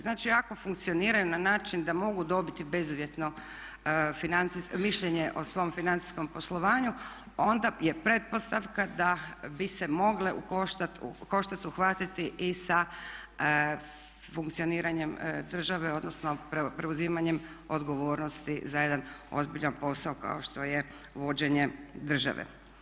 Znači ako funkcioniraju na način da mogu dobiti bezuvjetno mišljenje o svom financijskom poslovanju onda je pretpostavka da bi se mogle u koštac uhvatiti i sa funkcioniranjem države odnosno preuzimanjem odgovornosti za jedan ozbiljan posao kao što je vođenje države.